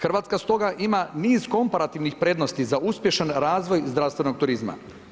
Hrvatska stoga niz komparativnih prednosti za uspješan razvoj zdravstvenog turizma.